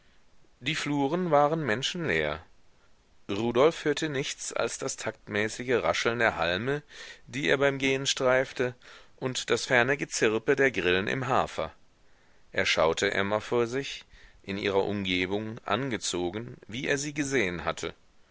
die fluren waren menschenleer rudolf hörte nichts als das taktmäßige rascheln der halme die er beim gehen streifte und das ferne gezirpe der grillen im hafer er schaute emma vor sich in ihrer umgebung angezogen wie er sie gesehen hatte